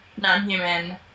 non-human